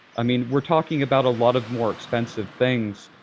i mean, we're talking about a lot of more expensive things.